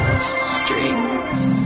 strings